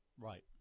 Right